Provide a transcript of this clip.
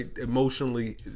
emotionally